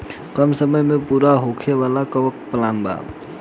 कम समय में पूरा होखे वाला कवन प्लान बा?